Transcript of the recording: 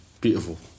beautiful